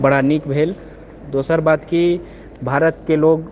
बड़ा नीक भेल दोसर बात की भारतके लोग